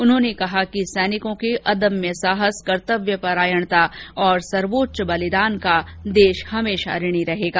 उन्होंने कहा कि सैनिकों के अदम्य साहस कर्तव्य परायणता और सर्वोच्च बलिदान का देश हमेशा ऋणी रहेगा